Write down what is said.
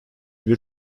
bir